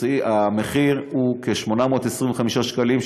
המחיר הוא כ-825 שקלים,